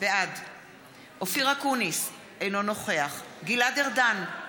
בעד אופיר אקוניס, אינו נוכח גלעד ארדן,